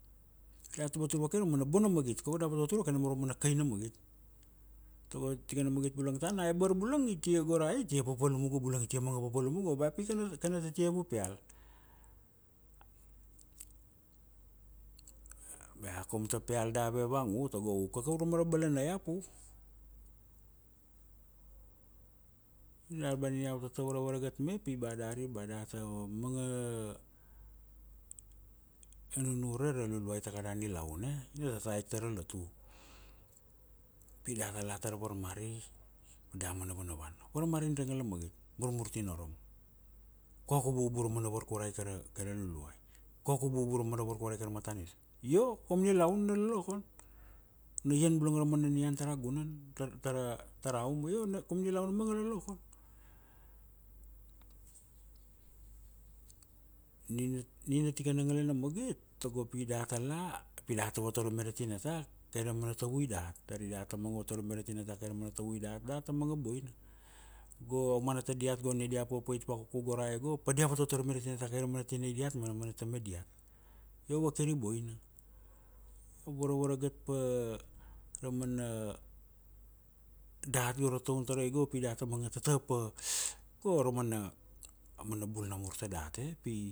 data vatur vake ra umana bona magit. Koko data vatvatur vake nam ra mana kaina magit. Tago tikana magit bulanga tana a ebar bulang itia, go ra e itia papalum uka bulanga ke manga papalum ba pi kana tiavu peal. Bea pi kaum ta peal dave vang u tago ukaka urama ra balana iap u. Dar ba na iau tata varavaragat me pi ba dari ba data manga, nunure ra Luluai kada nilaun e? Ina tata aik tara lotu. Pi data la tara latu ma damana vanavana. Koko u bububur ra mana varkurai kara, kaira luluai. Koko u bubuur ra mana varkurai kaira matanitu. Io, kaum nilaun na lolokon. Una ian bulang ra mana nian tara gunan, tara uma. Io nam kaum nilaun na manga lolokon. Nina tikana ngalana magit, tago pi data la pi data votorome ra tinata, kai ra mana tavui fdat. Dari data manga votorome ra tinata kaira mana tavui dat, data manga boina Go aumana tadiat go dai papait vakuku gora e go padia votvototrome ra tinata kai ra mana tinai diat ma amana tamai diat. Io vakir i boina. Varavaragat pa ra mana dat go ra taun tarai go pi data managa tata pa go ra mana, amana bul namur tadat e? Pi